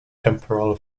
temporal